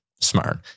Smart